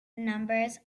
numbers